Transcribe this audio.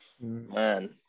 Man